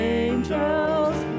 angels